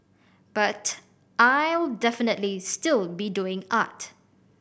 but I'll definitely still be doing art